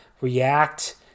react